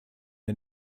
der